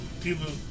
people